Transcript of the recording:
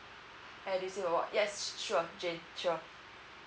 edusave award yes sure jane sure